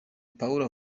pawulo